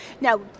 Now